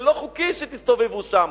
זה לא חוקי שתסתובבו שם,